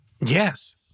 Yes